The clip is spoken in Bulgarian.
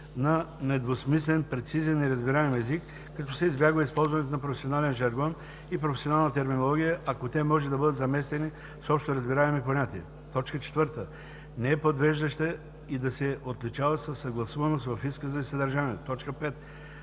на недвусмислен, прецизен и разбираем език, като се избягва използването на професионален жаргон и професионална терминология, ако те може да бъдат заместени с общоразбираеми понятия; 4. не е подвеждаща и да се отличава със съгласуваност в изказа и съдържанието; 5.